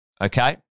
Okay